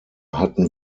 hatten